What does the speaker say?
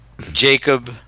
Jacob